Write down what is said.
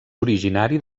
originari